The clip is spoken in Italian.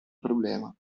problema